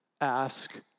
Ask